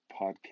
podcast